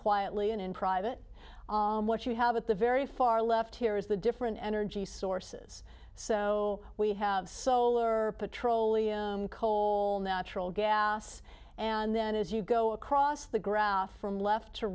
quietly and in private what you have at the very far left here is the different energy sources so we have solar petroleum coal natural gas and then as you go across the graph from left